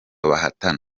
bahatana